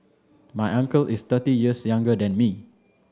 my uncle is thirty years younger than me